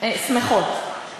שמחות.